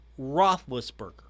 Roethlisberger